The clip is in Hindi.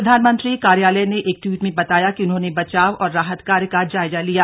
प्रधानमंत्री कार्यालय ने एक ट्वीट में बताया कि उन्होंने बचाव और राहत कार्य का जायजा लिया